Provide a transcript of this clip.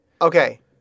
Okay